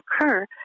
occur